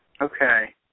Okay